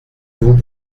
vous